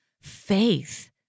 faith